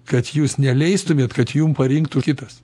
kad jūs neleistumėt kad jum parinktų kitas